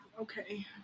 Okay